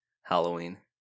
Halloween